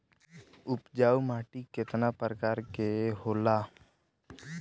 उपजाऊ माटी केतना प्रकार के होला?